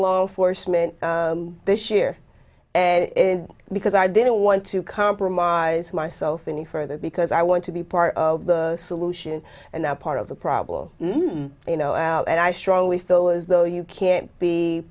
law enforcement this year and because i didn't want to compromise myself any further because i want to be part of the solution and not part of the problem you know and i strongly feel as though you can be